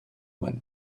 went